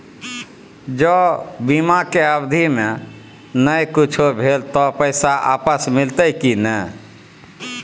ज बीमा के अवधि म नय कुछो भेल त पैसा वापस मिलते की नय?